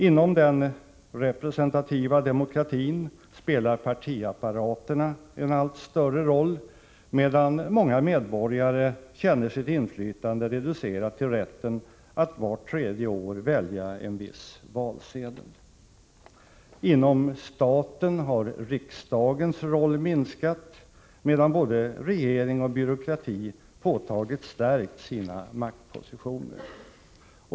Inom den representativa demokratin spelar partiapparaterna en allt större roll, medan många medborgare känner sitt inflytande reducerat till rätten att vart tredje år välja en viss valsedel. Inom staten har riksdagens roll minskat, medan både regering och byråkrati påtagligt stärkt sina maktpositioner.